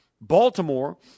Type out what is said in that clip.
Baltimore